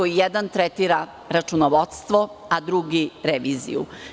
Jedan tretira računovodstvo, a drugi reviziju.